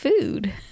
food